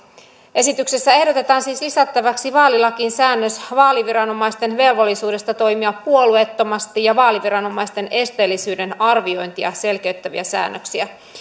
esityksessä ehdotetaan siis lisättäväksi vaalilakiin säännös vaaliviranomaisten velvollisuudesta toimia puolueettomasti ja vaaliviranomaisten esteellisyyden arviointia selkeyttäviä säännöksiä